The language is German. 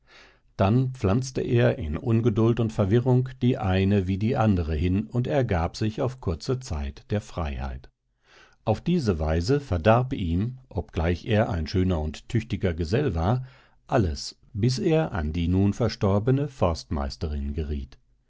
dann pflanzte er in ungeduld und verwirrung die eine wie die andere hin und ergab sich auf kurze zeit der freiheit auf diese weise verdarb ihm obgleich er ein schöner und tüchtiger gesell war alles bis er an die nun verstorbene forstmeisterin geriet